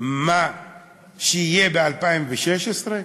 מה שיהיה ב-2016?